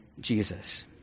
Jesus